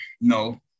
No